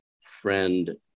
friend